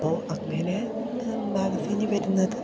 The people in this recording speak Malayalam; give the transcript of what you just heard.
അപ്പോൾ അങ്ങനെ മാഗസീനിൽ വരുന്നത്